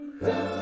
go